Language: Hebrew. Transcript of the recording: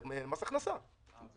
למס הכנסה, רק,